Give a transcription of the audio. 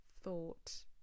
thought